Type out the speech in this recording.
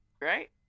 right